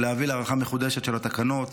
להביא להארכה מחודשת של התקנות,